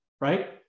right